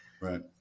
Right